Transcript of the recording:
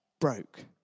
broke